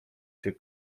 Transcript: cię